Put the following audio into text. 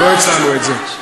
לא הצענו את זה.